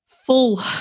full